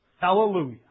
Hallelujah